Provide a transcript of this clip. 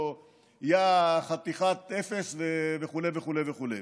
או יא חתיכת אפס וכו' וכו' וכו'.